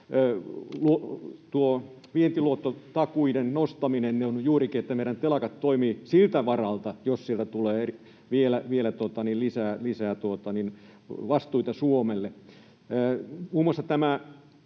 vientiluottotakuiden nostaminen on juurikin siltä varalta, että meidän telakat toimivat, jos sieltä tulee vielä lisää vastuita Suomelle.